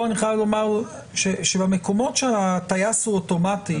פה אני חייב לומר שבמקומות שהטייס הוא אוטומטי,